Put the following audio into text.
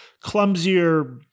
clumsier